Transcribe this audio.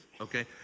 okay